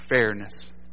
fairness